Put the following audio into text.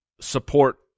support